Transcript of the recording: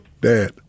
Dad